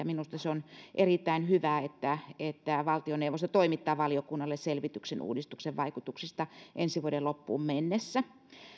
minusta on erittäin hyvä että että valtioneuvosto toimittaa valiokunnalle selvityksen uudistuksen vaikutuksista ensi vuoden loppuun mennessä